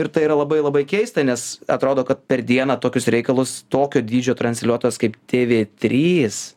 ir tai yra labai labai keista nes atrodo kad per dieną tokius reikalus tokio dydžio transliuotojas kaip tv trys